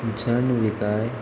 जणविकाय